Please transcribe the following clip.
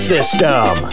System